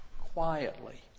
quietly